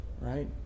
right